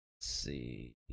See